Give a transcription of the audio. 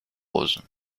rose